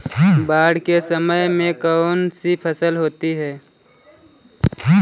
बाढ़ के समय में कौन सी फसल होती है?